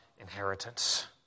inheritance